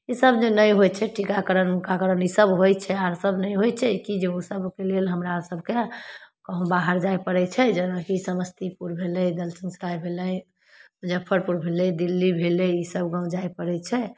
ई सब जे नहि होइ छै टीकाकरण उकाकरण ई सब होइ छै आर सब नहि होइ छै कि जे उ सबके लए जे हमरा सबके कहूँ बाहर जाइ पड़य छै जेनाकि समस्तीपुर भेलय दलसिंहसराय भेलय मुजफ्फरपुर भेलय दिल्ली भेलय ई सब गाँव जाइ पड़य छै